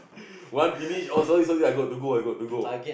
one finish oh sorry sorry I got to go I got to go